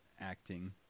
acting